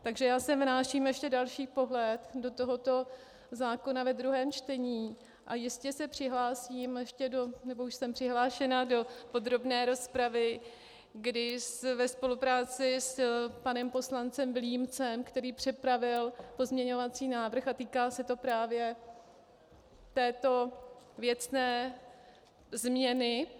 Takže já sem vnáším ještě další pohled do tohoto zákona ve druhém čtení a jistě se přihlásím ještě do... nebo už jsem přihlášena do podrobné rozpravy, kdy ve spolupráci s panem poslancem Vilímcem, který připravil pozměňovací návrh, a týká se to právě této věcné změny.